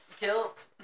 guilt